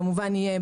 כמובן,